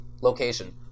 location